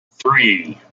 three